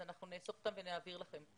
אז אנחנו נאסוף אותן ונעביר לכם.